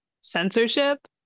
censorship